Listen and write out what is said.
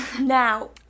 now